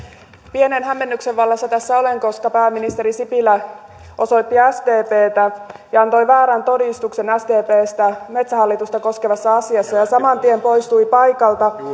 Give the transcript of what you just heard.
pienen hämmennyksen vallassa tässä olen koska pääministeri sipilä osoitti sdptä ja antoi väärän todistuksen sdpstä metsähallitusta koskevassa asiassa ja saman tien poistui paikalta